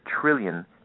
trillion